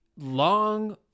long